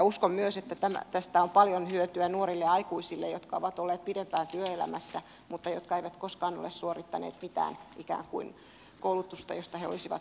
uskon myös että tästä on paljon hyötyä nuorille aikuisille jotka ovat olleet pidempään työelämässä mutta jotka eivät koskaan ole suorittaneet mitään koulutusta josta he olisivat